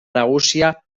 nagusia